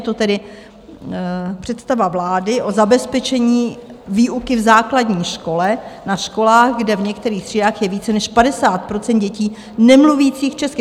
Je to tedy Představa vlády o zabezpečení výuky v základní škole na školách, kde v některých třídách je více než 50 % dětí nemluvících česky.